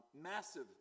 massive